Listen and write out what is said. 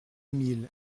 mille